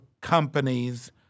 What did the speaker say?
companies